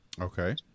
Okay